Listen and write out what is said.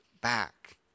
back